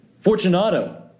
Fortunato